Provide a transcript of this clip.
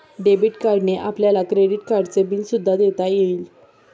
debit कार्डने आपल्याला credit कार्डचे बिल सुद्धा देता येईल